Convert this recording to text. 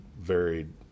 varied